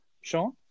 Sean